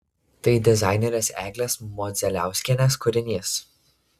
tai dizainerės eglės modzeliauskienės kūrinys